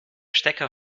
stecker